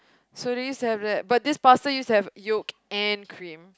so this to have that but this pasta used to have yolk and cream